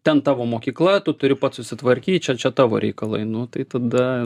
ten tavo mokykla tu turi pats susitvarkyt čia čia tavo reikalai nu tai tada